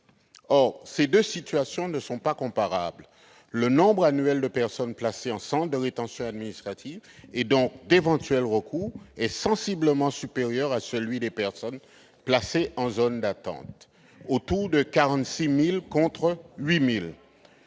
Or ces deux situations ne sont pas comparables. Le nombre de personnes placées en centre de rétention administrative chaque année, et par conséquent d'éventuels recours, est sensiblement supérieur à celui des personnes placées en zone d'attente- il est d'environ 46 000 contre 8 000.